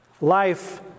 life